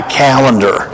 calendar